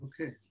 Okay